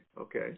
okay